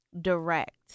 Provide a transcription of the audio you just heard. direct